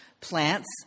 plants